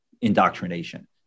indoctrination